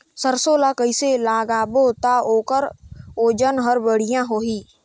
सरसो ला कइसे लगाबो ता ओकर ओजन हर बेडिया होही?